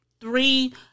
three